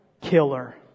Killer